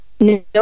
no